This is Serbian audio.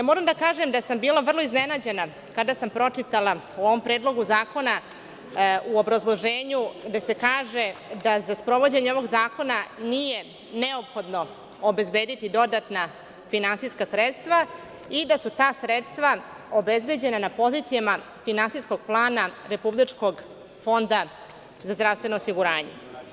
Moram da kažem da sam bila vrlo iznenađena kada sam pročitala u ovom predlogu zakona u obrazloženju gde se kaže – da za sprovođenje ovog zakona nije neophodno obezbediti dodatna finansijska sredstva, i da su ta sredstva obezbeđena na pozicijama finansijskog plana Republičkog fonda za zdravstveno osiguranje.